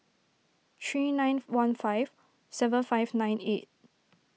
three nine one five seven five nine eight